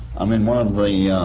i mean, one of the